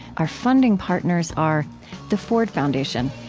our funding partners are the ford foundation,